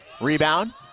rebound